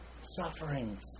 sufferings